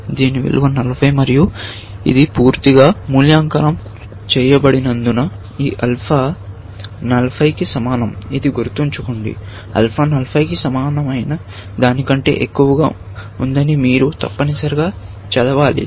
దీని విలువ 40 మరియు ఇది పూర్తిగా మూల్యాంకనం చేయబడినందున ఈ ఆల్ఫా 40 కి సమానం ఇది గుర్తుంచుకోండి ఆల్ఫా 40 కి సమానమైన దానికంటే ఎక్కువగా ఉందని మీరు తప్పనిసరిగా చదవాలి